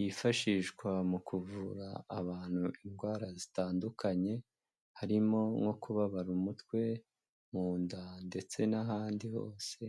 yifashishwa mu kuvura abantu indwara zitandukanye, harimo nko kubabara umutwe, mu nda ndetse n'ahandi hose.